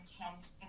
intent